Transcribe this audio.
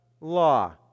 law